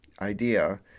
idea